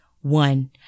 One